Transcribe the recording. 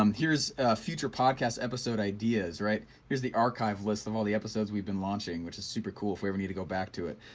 um here's future podcast episode ideas, right, here's the archive list of all the episodes we've been launching which is super cool if we ever need to go back to it.